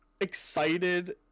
excited